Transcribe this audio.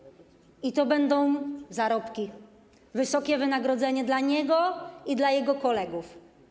I to będą zarobki, wysokie wynagrodzenie dla niego i dla jego kolegów.